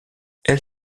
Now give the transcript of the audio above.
elle